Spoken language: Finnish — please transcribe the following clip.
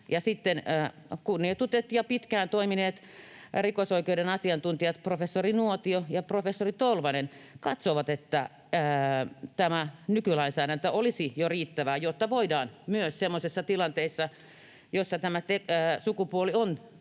kunnioitetut ja pitkään toimineet rikosoikeuden asiantuntijat professori Nuotio ja professori Tolvanen katsovat, että tämä nykylainsäädäntö olisi jo riittävää, jotta voidaan tämä sukupuoli